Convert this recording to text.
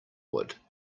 wood